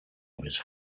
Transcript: was